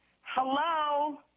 hello